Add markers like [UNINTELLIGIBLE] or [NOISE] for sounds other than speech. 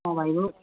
[UNINTELLIGIBLE]